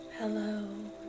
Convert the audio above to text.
Hello